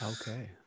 okay